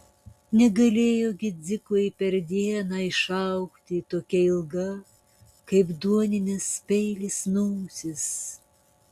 negalėjo gi dzikui per dieną išaugti tokia ilga kaip duoninis peilis nosis